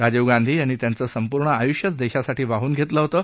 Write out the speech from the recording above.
राजीव गांधी यांनी त्यांचं संपूर्ण आयुष्यच देशासाठी वाहून घेतलं होतं